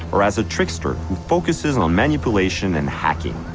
or as a trickster who focuses on manipulation and hacking.